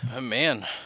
Man